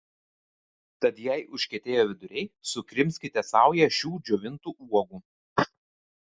tad jei užkietėjo viduriai sukrimskite saują šių džiovintų uogų